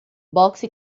boxe